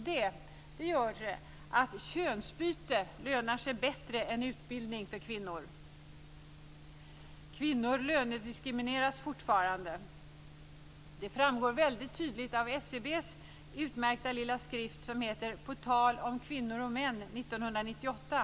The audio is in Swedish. Det gör att könsbyte lönar sig bättre än utbildning för kvinnor. Kvinnor lönediskrimineras fortfarande. Det framgår väldigt tydligt av SCB:s utmärkta lilla skrift På tal om kvinnor och män från 1998.